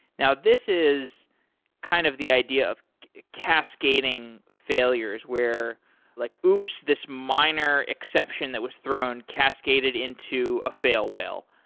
now, this is kind of the idea of cascading failures where like, oops! this minor exception that was thrown cascaded into a fail whale.